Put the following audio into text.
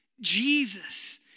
Jesus